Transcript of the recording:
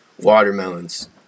Watermelons